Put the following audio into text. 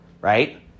Right